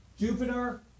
Jupiter